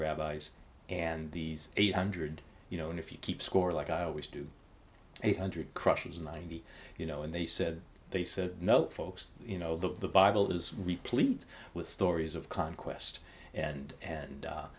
rabbis and these eight hundred you know and if you keep score like i always do eight hundred crushes in ninety you know and they said they said no folks you know that the bible is replete with stories of conquest and